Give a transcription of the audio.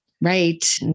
Right